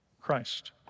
Christ